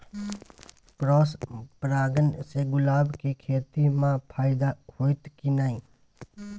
Cross परागण से गुलाब के खेती म फायदा होयत की नय?